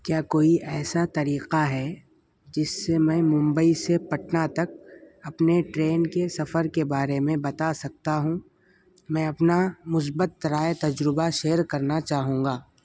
کیا کوئی ایسا طریقہ ہے جس سے میں ممبئی سے پٹنہ تک اپنے ٹرین کے سفر کے بارے میں بتا سکتا ہوں میں اپنا مثبت رائے تجربہ شیئر کرنا چاہوں گا